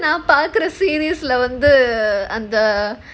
நான் பாக்குற:naan paakura series lah வந்து அந்த:vandhu andha